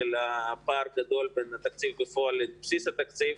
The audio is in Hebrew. הפער בין התקציב בפועל לבסיס התקציב,